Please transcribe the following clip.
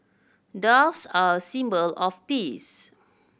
doves are a symbol of peace